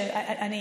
אני,